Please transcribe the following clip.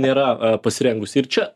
nėra a pasirengusi ir čia